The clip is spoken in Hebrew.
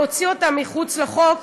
להוציא אותה מחוץ לחוק,